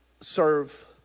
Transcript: serve